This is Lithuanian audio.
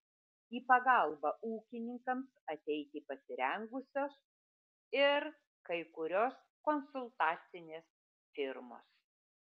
į pagalbą ūkininkams ateiti pasirengusios ir kai kurios konsultacinės firmos